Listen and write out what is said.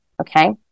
okay